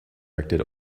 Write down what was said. erected